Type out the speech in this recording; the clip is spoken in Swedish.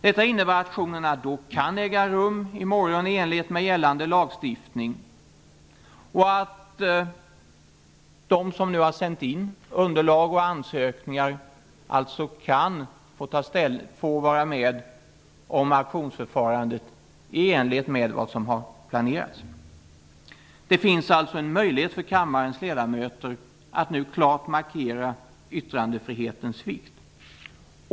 Detta innebär att auktionerna då kan äga rum i morgon i enlighet gällande lagstiftning och att de som nu har sänt in underlag och ansökningar alltså kan få vara med om auktionsförfarandet i enlighet med vad som har planerats. Det finns alltså en möjlighet för kammarens ledamöter att nu klart markera yttrandefrihetens vikt.